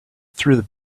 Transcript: through